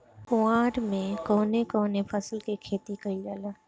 कुवार में कवने कवने फसल के खेती कयिल जाला?